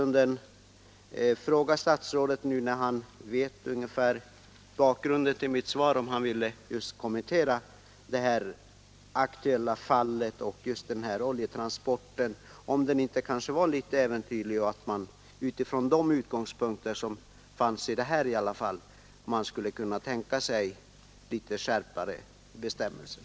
När statsrådet nu vet bakgrunden till min fråga lite närmare vill jag be honom uttala sig om huruvida han inte anser att den här oljetransporten var litet för äventyrlig och om man inte bör tänka sig skärpa bestämmelser. bestämmelser.